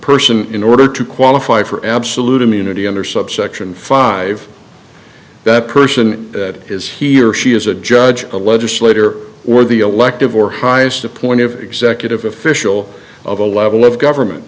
person in order to qualify for absolute immunity under subsection five that person is he or she is a judge a legislator or the elective or highest point of executive official of a level of government